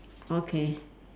okay